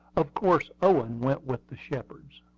of course owen went with the shepards.